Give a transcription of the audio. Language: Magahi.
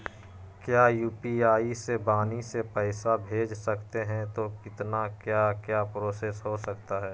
क्या यू.पी.आई से वाणी से पैसा भेज सकते हैं तो कितना क्या क्या प्रोसेस हो सकता है?